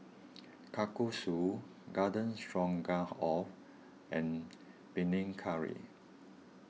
Kalguksu Garden Stroganoff and Panang Curry